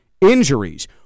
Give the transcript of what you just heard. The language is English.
injuries